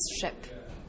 ship